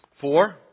Four